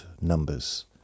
numbers